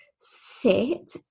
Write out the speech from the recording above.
sit